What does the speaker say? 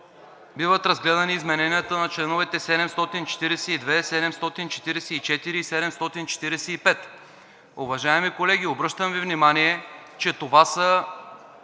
биват разгледани измененията на членове 742, 744 и 745. Уважаеми колеги, обръщам Ви внимание, че това са